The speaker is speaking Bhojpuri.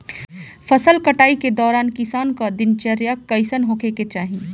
फसल कटाई के दौरान किसान क दिनचर्या कईसन होखे के चाही?